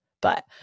But-